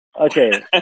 Okay